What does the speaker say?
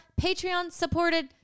Patreon-supported